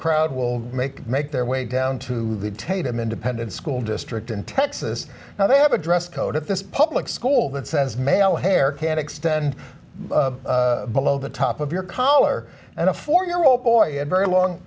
crowd will make make their way down to the tatum independent school district in texas now they have a dress code at this public school that says male hair can extend below the top of your collar and a four year old boy very long